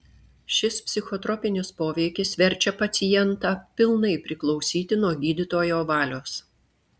šis psichotropinis poveikis verčia pacientą pilnai priklausyti nuo gydytojo valios